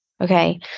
Okay